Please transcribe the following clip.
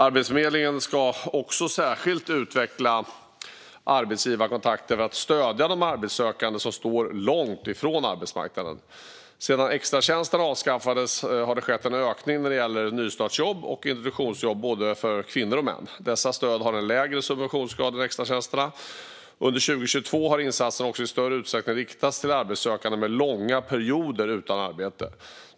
Arbetsförmedlingen ska också särskilt utveckla arbetsgivarkontakter för att stödja de arbetssökande som står långt ifrån arbetsmarknaden. Sedan extratjänsterna avskaffades har det skett en ökning när det gäller nystartsjobb och introduktionsjobb, både för kvinnor och för män. Dessa stöd har en lägre subventionsgrad än extratjänsterna. Under 2022 har insatserna också i större utsträckning riktats till arbetssökande med långa perioder utan arbete.